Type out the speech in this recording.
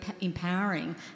empowering